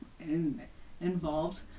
involved